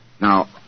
Now